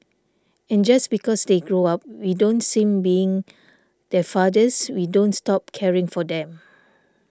and just because they grow up we don't seem being their fathers we don't stop caring for them